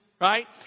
right